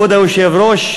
כבוד היושב-ראש,